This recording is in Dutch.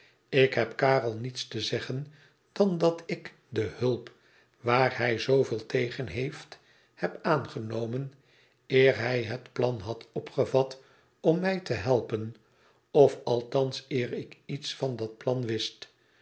ik heb karel niets te zeggen dan dat ik de hulp waar hij zooveel tegen heeft heb aangenomen eer hij het plan had opgevat om mij te helpen of althans eer ik iets van dat plan wist